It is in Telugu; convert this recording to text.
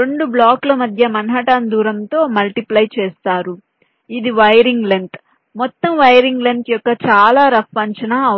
2 బ్లాకుల మధ్య మాన్హాటన్ దూరంతో మల్టిప్లై చేస్తారు ఇది వైరింగ్ లెంగ్త్ మొత్తం వైరింగ్ లెంగ్త్ యొక్క చాలా రఫ్ అంచనా అవుతుంది